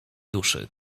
duszy